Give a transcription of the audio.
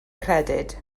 credyd